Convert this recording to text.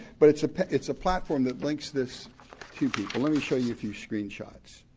but it's ah it's a platform that links this few people let me show you a few screenshots.